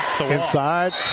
Inside